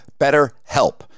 BetterHelp